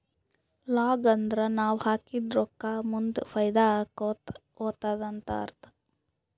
long ಅಂದುರ್ ನಾವ್ ಹಾಕಿದ ರೊಕ್ಕಾ ಮುಂದ್ ಫೈದಾ ಆಕೋತಾ ಹೊತ್ತುದ ಅಂತ್ ಅರ್ಥ